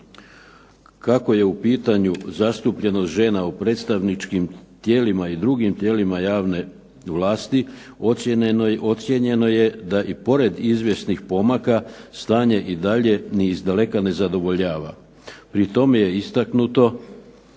Kako je u pitanju zastupljenost žena u predstavničkim tijelima i drugim tijelima javne vlasti, ocijenjeno je da i pored izvjesnih pomaka stanje i dalje ni izdaleka ne zadovoljava. Pri tome je istaknuto